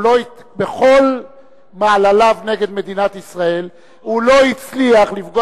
בכל מעלליו נגד מדינת ישראל הוא לא הצליח לפגוע